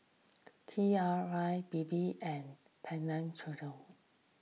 T R I Bebe and Penang